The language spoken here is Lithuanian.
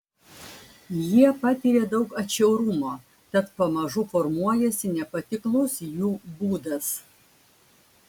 jie patiria daug atšiaurumo tad pamažu formuojasi nepatiklus jų būdas